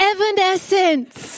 Evanescence